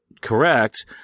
correct